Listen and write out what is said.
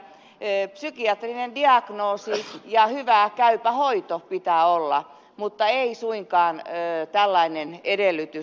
psykiatrinen diagnoosi ja hyvä käypä hoito pitää olla mutta ei suinkaan tällainen edellytys